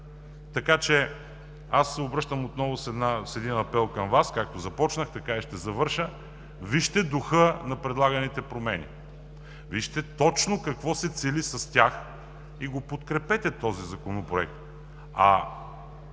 Така че аз се обръщам отново с един апел към Вас, както започнах, така и ще завърша: вижте духа на предлаганите промени. Вижте точно какво се цели с тях и го подкрепете Законопроекта,